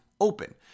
open